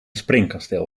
springkasteel